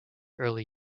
early